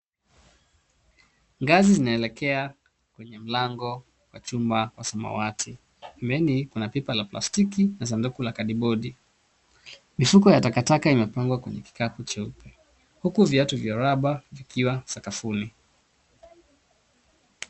Ngazi zinaelekea kwenye mlango wa chuma wa samawati. Pembeni kuna pipa la plastiki na sanduku la kadibodi. Mifuko ya takataka imepangwa kwenye kikapu cheupe huku viatu vya rubber vikiwa sakafuni.